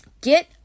Get